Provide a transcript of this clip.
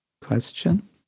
question